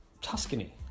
tuscany